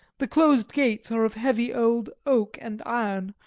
the closed gates are of heavy old oak and iron,